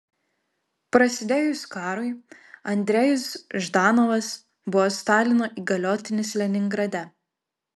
prasidėjus karui andrejus ždanovas buvo stalino įgaliotinis leningrade